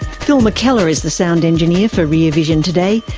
phil mckellar is the sound engineer for rear vision today.